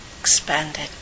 expanded